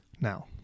now